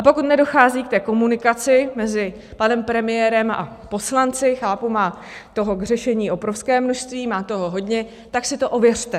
Pokud nedochází ke komunikaci mezi panem premiérem a poslanci, chápu, má toho k řešení obrovské množství, má toho hodně, tak si to ověřte.